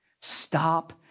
Stop